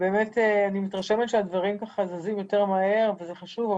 אני מתרשמת שהדברים זזים יותר מהר וזה חשוב,